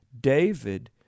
David